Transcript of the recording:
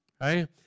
right